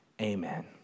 Amen